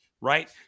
right